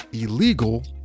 illegal